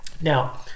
Now